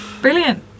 Brilliant